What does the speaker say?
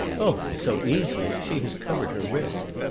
oh, so easily! she has covered her risk.